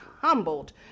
humbled